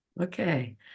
Okay